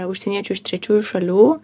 užsieniečių iš trečiųjų šalių